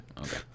Okay